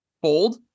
Bold